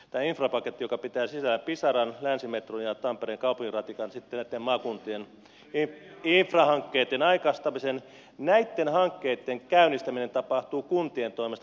tässä infrapaketissa joka pitää sisällään pisaran länsimetron ja tampereen kaupunkiratikan ja sitten näitten maakuntien infrahankkeitten aikaistamisen näitten hankkeitten käynnistäminen tapahtuu kuntien toimesta